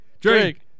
Drink